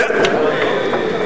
זה לא כאילו.